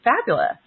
fabulous